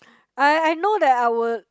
I I know that I would